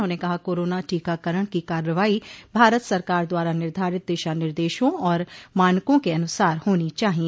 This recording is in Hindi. उन्होंने कहा कोरोना टीकाकरण की कार्रवाई भारत सरकार द्वारा निर्धारित दिशा निर्देशों और मानकों के अनुसार होनी चाहिए